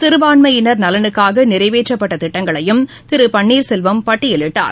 சிறுபான்மையினர் நலனுக்காகநிறைவேற்றப்பட்டதிட்டங்களையும் திருபன்னீர்செல்வம் பட்டியலிட்டார்